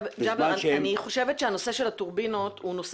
אני חושבת הנושא של הטורבינות הוא נושא